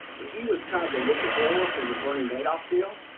he was kind of the whistle blower for the bernie madoff deal.